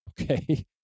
Okay